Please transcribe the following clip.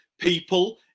people